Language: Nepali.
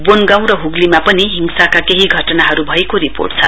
वोनगाउँ र हुगलीमा पनि हिंसाका केही घटनाहरू भएको रिपोर्ट छ